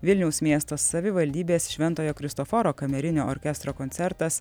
vilniaus miesto savivaldybės šventojo kristoforo kamerinio orkestro koncertas